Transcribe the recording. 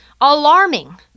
alarming